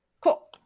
Cool